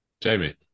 Jamie